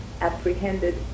apprehended